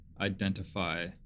identify